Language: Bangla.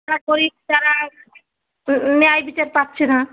যারা গরিব তারা ন্যায়বিচার পাচ্ছে না